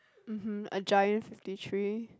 mmhmm a giant fifty three